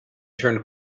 turned